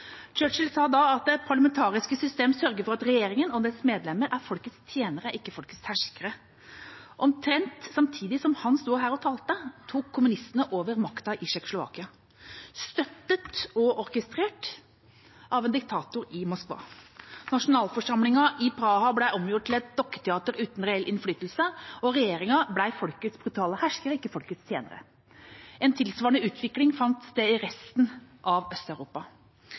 Churchill sa da at det parlamentariske system sørger for at regjeringa og dens medlemmer er folkets tjenere, ikke folkets herskere. Omtrent samtidig som han sto her og talte, tok kommunistene over makten i Tsjekkoslovakia – støttet og orkestrert av en diktator i Moskva. Nasjonalforsamlingen i Praha ble omgjort til et dukketeater uten reell innflytelse, og regjeringa ble folkets brutale herskere, ikke folkets tjenere. En tilsvarende utvikling fant sted i resten av